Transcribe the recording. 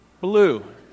Blue